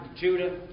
Judah